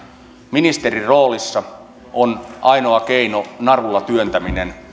ministerin roolissa on ainoa keino narulla työntäminen